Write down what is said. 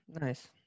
nice